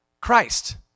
Christ